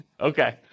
Okay